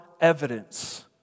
evidence